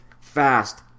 fast